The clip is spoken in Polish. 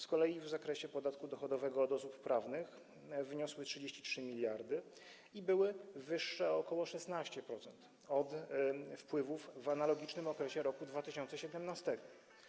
Z kolei w zakresie podatku dochodowego od osób prawnych wyniosły 33 mld i były wyższe o ok. 16% od wpływów w analogicznym okresie roku 2017.